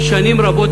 שנים רבות,